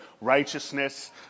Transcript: righteousness